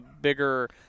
bigger